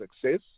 success